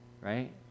right